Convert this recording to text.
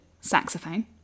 saxophone